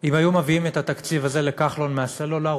אם היו מביאים את התקציב הזה לכחלון מהסלולר,